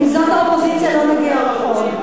אם זו האופוזיציה, לא נגיע רחוק.